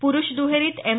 पुरुष दुहेरीत एम